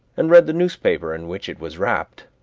and read the newspaper in which it was wrapped,